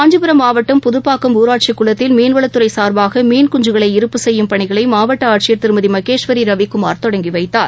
காஞ்சிபுரம் மாவட்டம் புதப்பாக்கம் ஊராட்சிகுளத்தில் மீன்வளத்துறைசார்பாக மீன்குஞ்சுகளை இருப்பு செய்யும் பணிகளைமாவட்டஆட்சியர் திருமதிமகேஸ்வரிரவிகுமார் தொடங்கிவைத்தார்